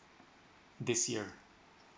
this year